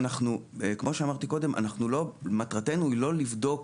כמו שאמרתי קודם, מטרתנו היא לא לבדוק